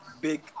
Big